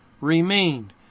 remained